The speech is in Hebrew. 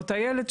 או טיילת,